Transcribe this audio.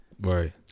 Right